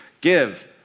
Give